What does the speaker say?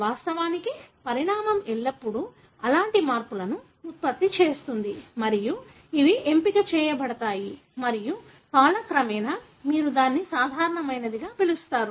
వాస్తవానికి పరిణామం ఎల్లప్పుడూ అలాంటి మార్పులను ఉత్పత్తి చేస్తుంది మరియు ఇవి ఎంపిక చేయబడతాయి మరియు కాలక్రమేణా మీరు దానిని సాధారణమైనదిగా పిలుస్తారు